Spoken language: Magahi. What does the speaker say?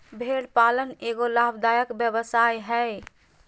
भेड़ पालन एगो लाभदायक व्यवसाय हइ